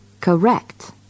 correct